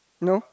no